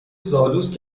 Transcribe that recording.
زالوست